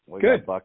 Good